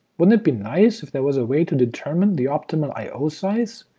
wouldn't it be nice if there was a way to determine the optimal i o size,